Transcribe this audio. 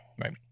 right